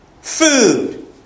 food